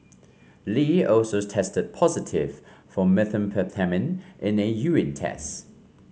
lee also tested positive for methamphetamine in a urine test